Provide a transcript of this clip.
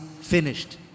finished